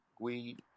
weed